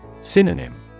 Synonym